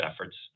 efforts